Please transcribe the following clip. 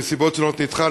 ומסיבות שונות זה נדחה,